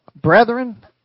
brethren